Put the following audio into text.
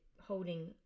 holding